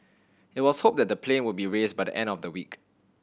it was hoped the plane would be raised by the end of the week